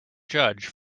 judge